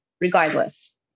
regardless